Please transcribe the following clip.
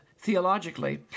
Theologically